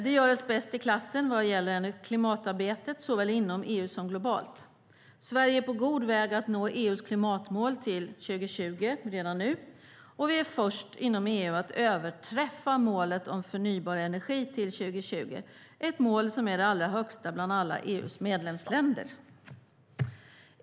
Det gör oss bäst i klassen vad gäller klimatarbetet såväl inom EU som globalt. Sverige är redan nu på god väg att nå klimatmålen till 2020, och vi är först inom EU att överträffa målet om förnybar energi till 2020 - ett mål som är det allra högsta bland alla EU:s medlemsländer.